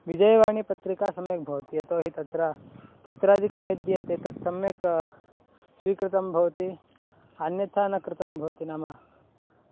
विजयवाणी पत्रिका सम्यक् भवति यतोहि तत्र चित्रादिकं यद्दीयते तत् सम्यक् स्वीकृतं भवति अन्यथा न कृतं भवति नाम